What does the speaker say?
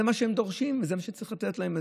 זה מה שהם דורשים, וזה מה שצריך לתת להם.